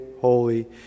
holy